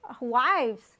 wives